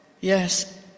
yes